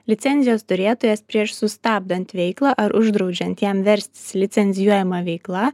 licencijos turėtojas prieš sustabdant veiklą ar uždraudžiant jam verstis licenzijuojama veikla